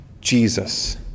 Jesus